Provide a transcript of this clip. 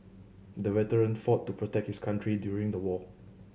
the veteran fought to protect his country during the war